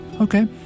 okay